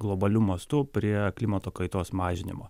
globaliu mastu prie klimato kaitos mažinimo